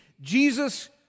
Jesus